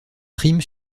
prime